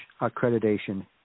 Accreditation